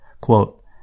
quote